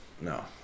no